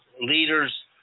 leaders